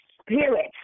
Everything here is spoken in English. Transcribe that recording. spirit